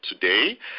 today